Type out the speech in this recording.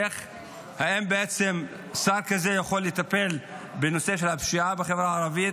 האם בעצם שר כזה יכול לטפל בנושא של הפשיעה בחברה הערבית?